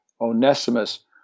Onesimus